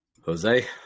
Jose